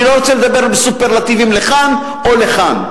אני לא רוצה לדבר בסופרלטיבים לכאן או לכאן.